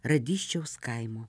radysčiaus kaimo